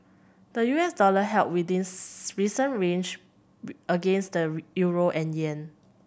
the U S dollar held within recent range against the euro and yen